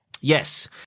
Yes